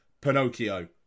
Pinocchio